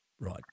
Right